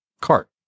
cart